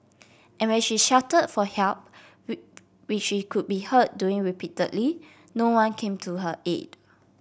and when she shouted for help we which she could be heard doing repeatedly no one came to her aid